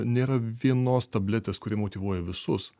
nėra vienos tabletės kuri motyvuoja visus